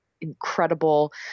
incredible